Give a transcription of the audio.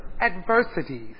adversities